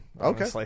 Okay